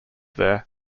there